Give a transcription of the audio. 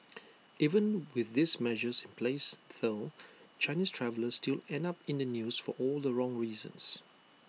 even with these measures in place though Chinese travellers still end up in the news for all the wrong reasons